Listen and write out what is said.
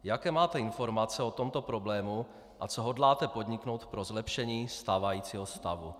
Jaké máte informace o tomto problému a co hodláte podniknout pro zlepšení stávajícího stavu?